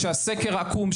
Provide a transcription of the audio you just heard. שהסקר עקום,